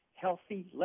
healthy